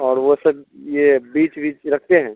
اور وہ سب یہ بیج ویج رکھتے ہیں